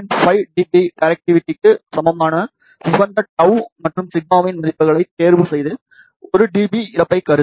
5 dBi டைரக்டவிட்டிக்கு சமமான உகந்த τ மற்றும் σ இன் மதிப்புகளைத் தேர்வுசெய்து 1 dB இழப்பைக் கருதி